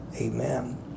amen